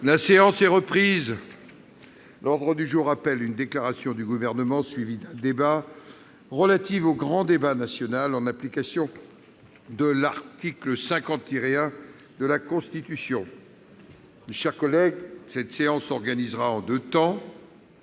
La séance est reprise. L'ordre du jour appelle une déclaration du Gouvernement, suivie d'un débat, relative au grand débat national, en application de l'article 50-1 de la Constitution. Cette séance s'organisera en deux temps.